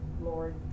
Lord